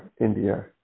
India